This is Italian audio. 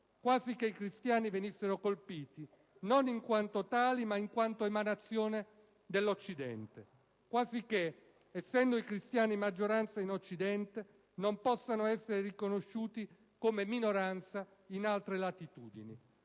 Quasi che i cristiani venissero colpiti non in quanto tali ma in quanto emanazione dell'Occidente. Quasi che, essendo i cristiani in maggioranza in Occidente, non possano essere riconosciuti come minoranza in altre latitudini.